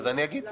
אז אני אגיד.